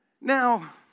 Now